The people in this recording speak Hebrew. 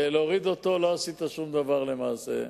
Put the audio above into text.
ולהוריד אותו לא עשית שום דבר למעשה.